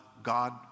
God